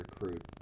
recruit